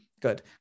Good